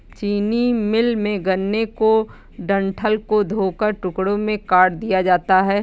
चीनी मिल में, गन्ने के डंठल को धोकर टुकड़ों में काट दिया जाता है